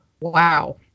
Wow